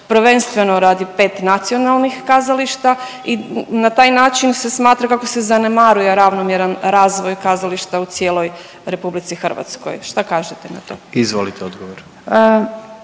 prvenstveno radi 5 nacionalnih kazališta i na taj način se smatra kako se zanemaruje ravnomjeran razvoj kazališta u cijeloj RH. Šta kažete na to? **Jandroković,